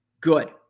good